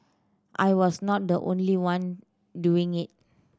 I was not the only one doing it